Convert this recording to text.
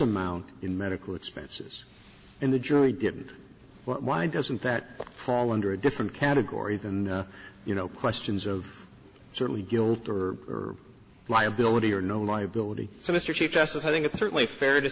amount in medical expenses and the jury didn't why doesn't that fall under a different category than the you know questions of certainly guilt or liability or no liability so mr chief justice i think it's certainly fair to